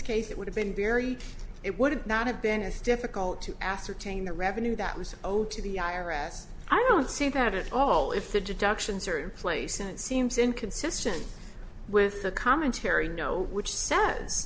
case it would have been very it would not have been as difficult to ascertain the revenue that was owed to the i r s i don't see that at all if the deductions are in place and seems inconsistent with the commentary know which says